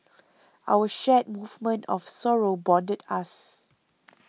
our shared movement of sorrow bonded us